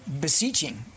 beseeching